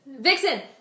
vixen